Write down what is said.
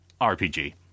RPG